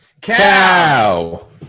cow